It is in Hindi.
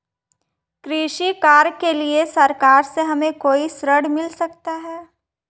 कृषि कार्य के लिए सरकार से हमें कोई ऋण मिल सकता है?